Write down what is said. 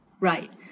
right